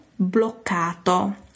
bloccato